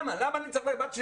למה אני צריך להגיד לבת שלי,